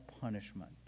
punishment